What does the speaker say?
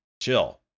chill